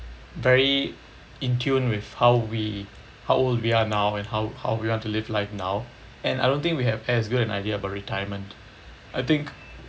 very in tune with how we how old we are now and how how we want to live life now and I don't think we have as good an idea about retirement I think